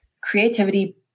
creativity